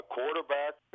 Quarterback